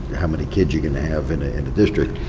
how many kids you're going to have in a and district.